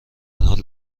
حال